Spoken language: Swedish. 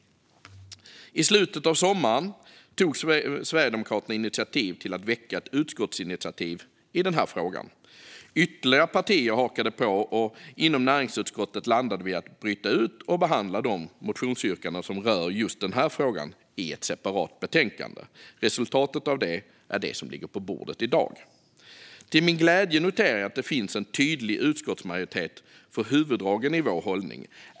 I slutet av sommaren tog Sverigedemokraterna initiativ till att väcka ett utskottsinitiativ i den här frågan. Ytterligare partier hakade på, och inom näringsutskottet landade vi i att bryta ut och behandla de motionsyrkanden som rör just denna fråga i ett separat betänkande. Resultatet av det är det som ligger på bordet i dag. Till min glädje noterar jag att det finns en tydlig utskottsmajoritet för huvuddragen i vår hållning.